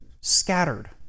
scattered